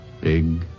Big